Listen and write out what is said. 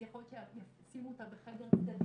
זה יכול להיות שישימו אותה בחדר צדדי.